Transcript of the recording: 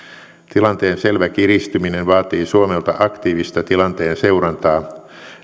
tilanteen selvä kiristyminen vaatii suomelta aktiivista tilanteen seurantaa